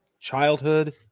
childhood